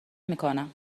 میکنم